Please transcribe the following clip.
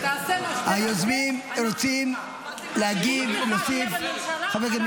שייקח לעצמו גם את האחריות.